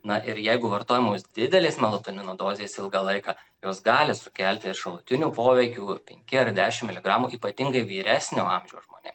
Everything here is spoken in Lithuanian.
na ir jeigu vartojamos didelės melatonino dozės ilgą laiką jos gali sukelti šalutinių poveikių penki ar dešimt miligramų ypatingai vyresnio amžiaus žmonėm